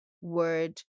word